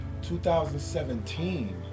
2017